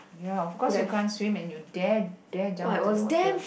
ya of course you can't swim and you dare dare jump into the water